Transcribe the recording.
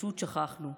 פשוט שכחנו,